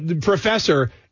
professor